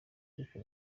ariko